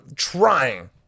trying